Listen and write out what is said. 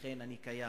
לכן אני קיים",